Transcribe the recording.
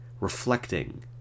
reflecting